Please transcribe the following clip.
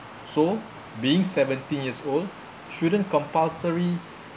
so being seventeen years old shouldn't compulsory